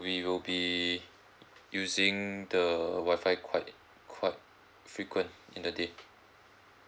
we will be using the Wi-Fi quite quite frequent in the day